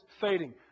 fading